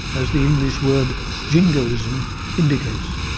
as the english word jingoism indicates.